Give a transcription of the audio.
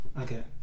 okay